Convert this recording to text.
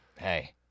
Hey